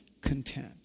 content